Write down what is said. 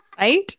Right